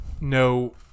No